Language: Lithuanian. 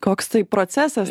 koks tai procesas